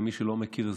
למי שלא מכיר,